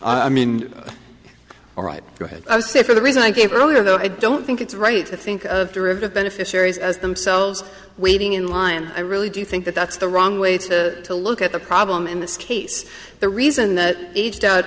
d i mean all right go ahead i would say for the reasons i gave earlier though i don't think it's right to think of derivative beneficiaries as themselves waiting in line and i really do think that that's the wrong way to look at the problem in this case the reason that aged